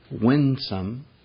winsome